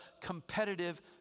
competitive